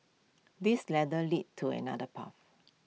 this ladder leads to another path